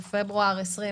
בפברואר 20,